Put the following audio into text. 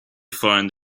find